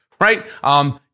right